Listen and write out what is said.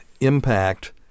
impact